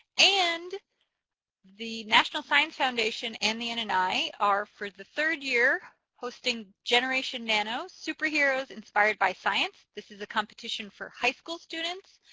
and the national science foundation and the and and nni are, for the third year, hosting generation nano superheroes inspired by science. this is a competition for high school students.